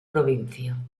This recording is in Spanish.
provincia